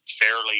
fairly